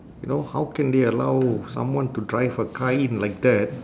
you know how can they allow someone to drive a car in like that